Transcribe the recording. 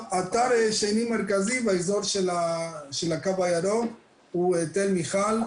אתר שני מרכזי באזור של הקו הירוק הוא תל מיכל,